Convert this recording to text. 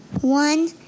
One